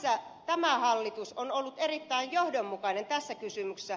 tämä hallitus on ollut erittäin johdonmukainen tässä kysymyksessä